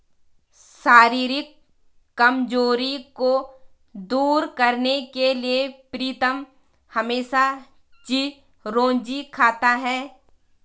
शारीरिक कमजोरी को दूर करने के लिए प्रीतम हमेशा चिरौंजी खाता है